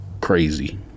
Crazy